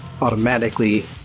automatically